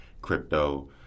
crypto